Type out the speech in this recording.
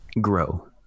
grow